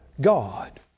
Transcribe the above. God